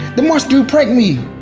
the monster dude pranked me!